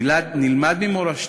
נלמד ממורשתו,